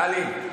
טלי,